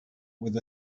with